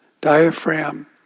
diaphragm